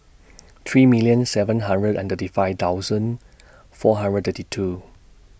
three million seven hundred and thirty five thousand four hundred thirty two